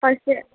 first